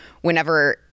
whenever